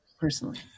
personally